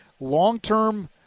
Long-term